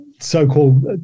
so-called